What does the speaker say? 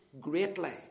greatly